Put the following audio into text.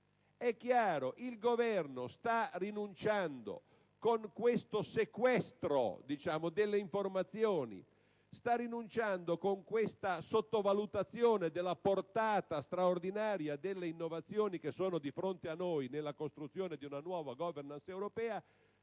È chiaro: il Governo sta rinunciando, con questo sequestro delle informazioni e con questa sottovalutazione della portata straordinaria delle innovazioni che sono di fronte a noi nella costruzione di una nuova *governance* europea,